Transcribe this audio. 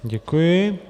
Děkuji.